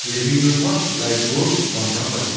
living ৰুমত লাইটবোৰ বন্ধ কৰা